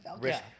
risk